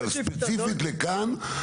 אבל ספציפית לכאן,